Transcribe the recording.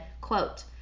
quote